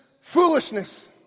foolishness